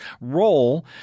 role